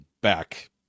back